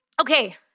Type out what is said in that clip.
Okay